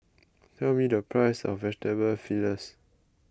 tell me the price of Vegetable